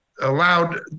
allowed